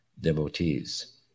devotees